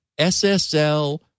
SSL